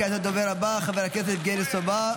כעת לדובר הבא, חבר הכנסת יבגני סובה.